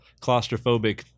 claustrophobic